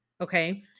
okay